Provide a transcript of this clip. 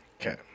okay